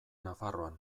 nafarroan